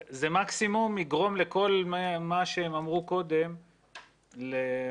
זה מקסימום יגרום לכל מה שאמרו קודם החקלאים,